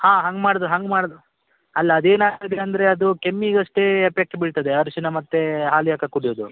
ಹಾಂ ಹಂಗೆ ಮಾಡಿದ್ರೆ ಹಂಗೆ ಮಾಡಿದ್ರೆ ಅಲ್ಲ ಅದೇನಾಗ್ತದೆ ಅಂದರೆ ಅದು ಕೆಮ್ಮಿಗಷ್ಟೆ ಎಫೆಕ್ಟ್ ಬೀಳ್ತದೆ ಅರ್ಶಿಣ ಮತ್ತು ಹಾಲಿಗೆ ಹಾಕಿ ಕುಡಿಯೋದು